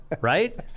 Right